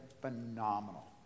phenomenal